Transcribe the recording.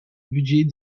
budget